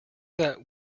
that